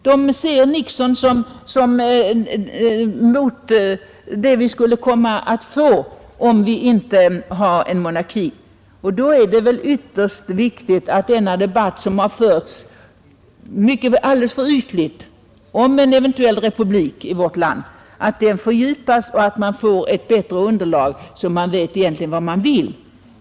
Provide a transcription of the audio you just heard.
De ser Nixon som det som skulle komma om vi inte hade monarki. Då är det väl ytterst viktigt att debatten om en eventuell republik i vårt land, som hittills har förts alldeles för ytligt, fördjupas och att man får ett bättre underlag, så att man vet innebörden i republikkravet.